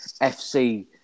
FC